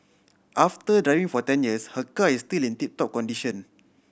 after driving for ten years her car is still in tip top condition